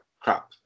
crap